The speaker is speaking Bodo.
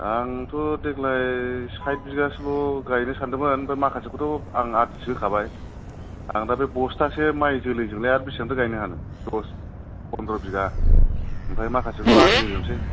आंथ' देग्लाय सात बिघासोल' गायनो सानदोंमोन ओमफाय माखासेखौथ' आं आदिसो होखाबाय आं दा बे बस्थासे माइ जोलैजोंलाय बेसेबां गायनो हानो दस पन्द्र बिघा ओमफाय माखासेखौ आदि होजोबनोसै